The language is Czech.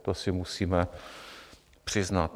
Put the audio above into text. To si musíme přiznat.